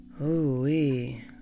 Ooh-wee